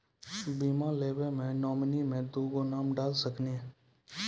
बीमा लेवे मे नॉमिनी मे दुगो नाम डाल सकनी?